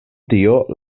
tio